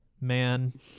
man